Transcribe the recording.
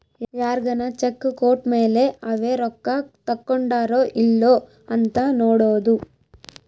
ಯಾರ್ಗನ ಚೆಕ್ ಕೋಟ್ಮೇಲೇ ಅವೆ ರೊಕ್ಕ ತಕ್ಕೊಂಡಾರೊ ಇಲ್ಲೊ ಅಂತ ನೋಡೋದು